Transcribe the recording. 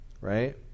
right